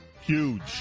Huge